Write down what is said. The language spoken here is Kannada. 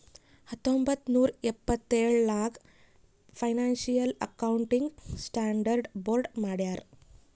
ಹತ್ತೊಂಬತ್ತ್ ನೂರಾ ಎಪ್ಪತ್ತೆಳ್ ನಾಗ್ ಫೈನಾನ್ಸಿಯಲ್ ಅಕೌಂಟಿಂಗ್ ಸ್ಟಾಂಡರ್ಡ್ ಬೋರ್ಡ್ ಮಾಡ್ಯಾರ್